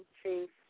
Chief